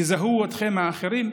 יזהו אתכם האחרים,